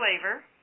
flavor